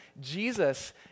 Jesus